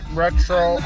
retro